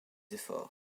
efforts